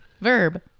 Verb